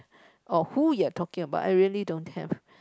or who you are talking about